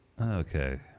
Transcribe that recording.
Okay